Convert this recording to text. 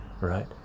right